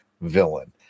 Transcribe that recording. villain